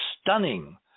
stunning